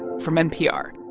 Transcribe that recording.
from npr